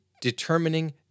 determining